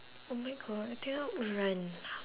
oh my god do you not run